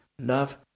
Love